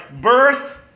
birth